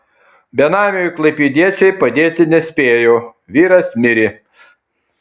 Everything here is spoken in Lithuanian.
benamiui klaipėdiečiai padėti nespėjo vyras mirė